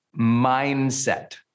mindset